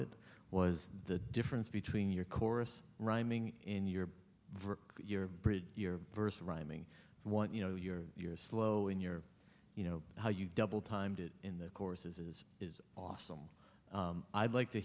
it was the difference between your chorus rhyming in your ver your first rhyming want you know you're you're slow in your you know how you double timed it in the courses is awesome i'd like to